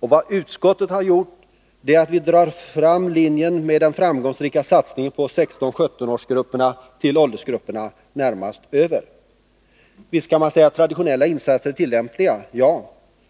Vad utskottet har gjort är att dra fram linjen med den framgångsrika satsningen på 16-17-åringar till åldersgrupperna närmast över. Visst kan man säga att traditionella insatser är tillämpliga.